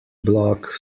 block